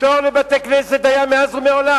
פטור לבתי-הכנסת היה מאז ומעולם.